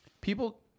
People